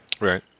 Right